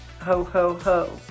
ho-ho-ho